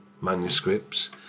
manuscripts